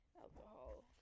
Alcohol